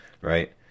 Right